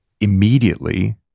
Immediately